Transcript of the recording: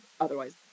otherwise